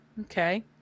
Okay